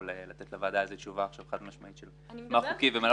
לתת לוועדה על כך תשובה חד משמעית לגבי מה חוקי ומה לא חוקי.